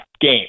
game